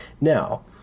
Now